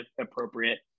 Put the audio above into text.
appropriate